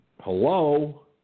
hello